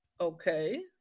Okay